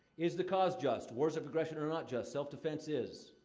is the cause just? wars of aggression are not just self-defense is.